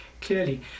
clearly